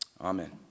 Amen